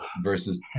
versus